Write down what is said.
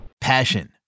Passion